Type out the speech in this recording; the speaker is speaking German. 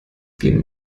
gehen